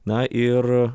na ir